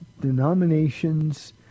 denominations